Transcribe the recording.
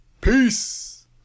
peace